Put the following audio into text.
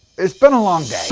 its been a long day